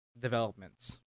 developments